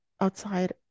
outside